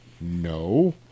No